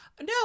No